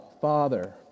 Father